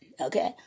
okay